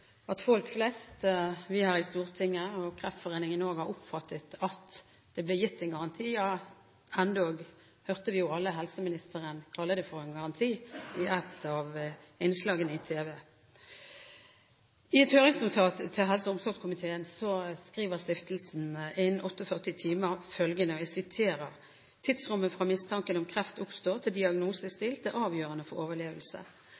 at folk flest, vi her i Stortinget og Kreftforeningen, har oppfattet at det ble gitt en garanti. Vi hørte alle endog helseministeren kalle det en garanti i et innslag på tv. I et høringsnotat til helse- og omsorgskomiteen skriver stiftelsen «Innen 48 timer» at tidsrommet fra mistanken om kreft oppstår, til diagnose